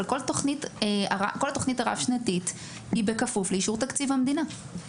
אבל כל התוכנית הרב-שנתית היא בכפוף לאישור תקציב המדינה.